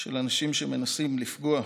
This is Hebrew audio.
של אנשים שמנסים לפגוע.